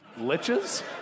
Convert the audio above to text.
Liches